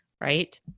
right